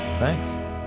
Thanks